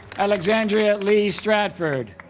alexandria lee stradford